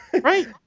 Right